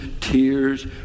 tears